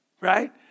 right